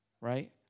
right